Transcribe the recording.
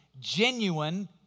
genuine